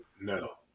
No